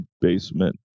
basement